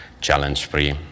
challenge-free